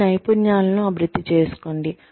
మీ నైపుణ్యాలను అభివృద్ధి చేసుకోండి